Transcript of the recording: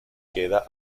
queda